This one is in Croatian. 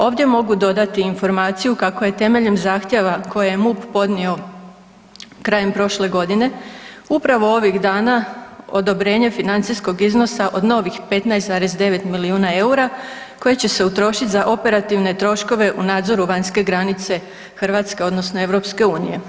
Ovdje mogu dodati informaciju kako je temeljem zahtjeva koje je MUP podnio krajem prošle godine upravo ovih dana odobrenje financijskog iznosa od novih 15,9 milijuna EUR-a koje će se utrošiti za operativne troškove u nadzoru vanjske granice Hrvatske odnosno EU.